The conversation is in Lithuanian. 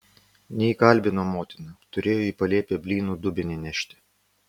neįkalbino motina turėjo į palėpę blynų dubenį nešti